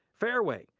fareway,